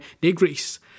degrees